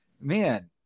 Man